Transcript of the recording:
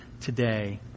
today